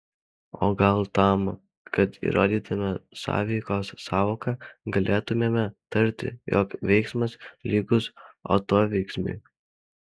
o gal tam kad įrodytume sąveikos sąvoką galėtumėme tarti jog veiksmas lygus atoveiksmiui